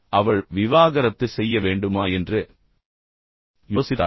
அவள் விவாகரத்து செய்ய வேண்டுமா என்று யோசித்தாள்